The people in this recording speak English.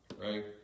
Right